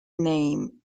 name